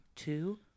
Two